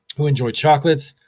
who enjoy chocolates,